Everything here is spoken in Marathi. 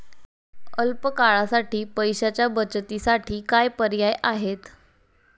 अल्प काळासाठी पैशाच्या बचतीसाठी काय पर्याय आहेत?